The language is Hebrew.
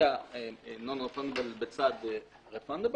טרם